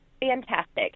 fantastic